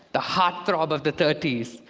the heartthrob of the thirty s,